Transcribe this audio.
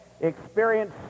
experience